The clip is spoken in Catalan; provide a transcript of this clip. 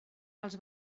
els